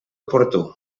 oportú